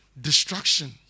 destruction